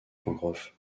pencroff